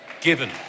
Given